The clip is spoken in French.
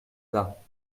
gars